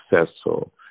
successful